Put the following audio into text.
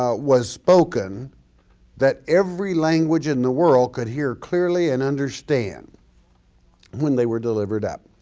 ah was spoken that every language in the world could hear clearly and understand when they were delivered up.